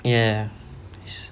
ya ya nice